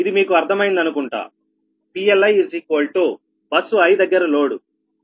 ఇది మీకు అర్థమైంది అనుకుంటా PLiబస్సు i దగ్గర లోడు